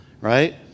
right